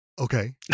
okay